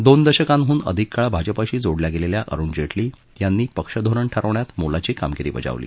दोन दशकांहून अधिक काळ भाजपशी जोडल्या गेलेल्या अरुण जेटली यांनी पक्षधोरण ठरवण्यात मोलाची कामगिरी बजावली